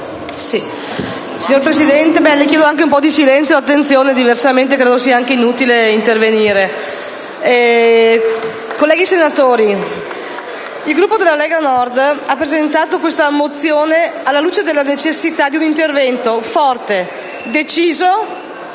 Signor Presidente, le chiedo un po' di silenzio e di attenzione da parte dell'Aula: diversamente, credo sia anche inutile intervenire. Colleghi senatori, il Gruppo della Lega Nord ha presentato questa mozione alla luce della necessità di un intervento forte, deciso,